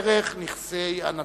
ערך הנדל"ן,